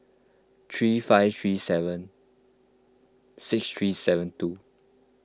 three five three seven six three seven two